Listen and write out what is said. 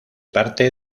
parte